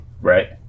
Right